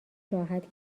راحت